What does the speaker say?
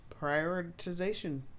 prioritization